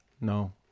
no